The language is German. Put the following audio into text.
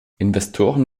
investoren